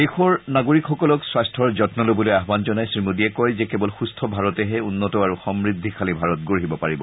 দেশৰ নাগৰিকসকলক স্বাস্থাৰ যম্ন ল'বলৈ আহান জনায় শ্ৰীমোডীয়ে কয় যে কেৱল সুস্থ ভাৰতেহে উন্নত আৰু সমৃদ্ধিশালী ভাৰত গঢ়িব পাৰিব